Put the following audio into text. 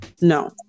No